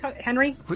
henry